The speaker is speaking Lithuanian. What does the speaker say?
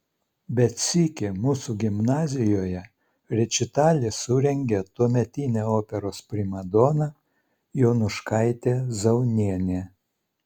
bet sykį mūsų gimnazijoje rečitalį surengė tuometinė operos primadona jonuškaitė zaunienė